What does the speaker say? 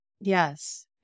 Yes